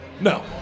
No